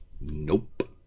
nope